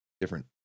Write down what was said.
different